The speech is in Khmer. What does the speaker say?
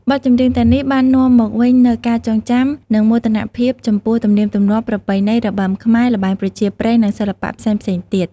បទចម្រៀងទាំងនេះបាននាំមកវិញនូវការចងចាំ និងមោទនភាពចំពោះ ទំនៀមទម្លាប់ ប្រពៃណី របាំខ្មែរ ល្បែងប្រជាប្រិយ និងសិល្បៈផ្សេងៗទៀត។